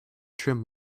trim